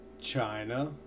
China